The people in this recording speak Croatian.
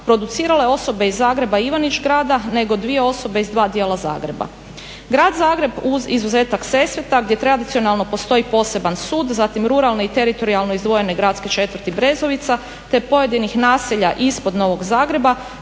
producirale osobe iz Zagreba i Ivanić grada nego dvije osobe iz dva dijela Zagreb. Grad Zagreb uz izuzetak Sesveta gdje tradicionalno postoji poseban sud, zatim ruralne i teritorijalne izdvojene gradske četvrti Brezovica, te pojedinih naselja ispod Novog Zagreba